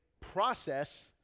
process